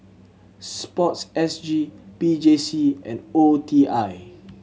Sport S G P J C and O E T I